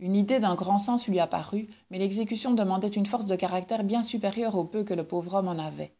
une idée d'un grand sens lui apparut mais l'exécution demandait une force de caractère bien supérieure au peu que le pauvre homme en avait